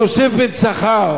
תוספת שכר